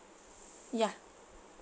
ya